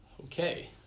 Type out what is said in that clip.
okay